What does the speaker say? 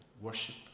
Worship